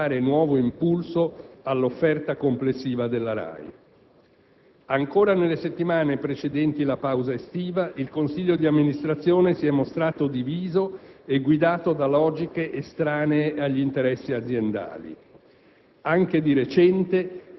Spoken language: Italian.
di presidio gestionale e a dare nuovo impulso all'offerta complessiva della RAI. Ancora nelle settimane precedenti la pausa estiva, il Consiglio di amministrazione si è mostrato diviso e guidato da logiche estranee agli interessi aziendali.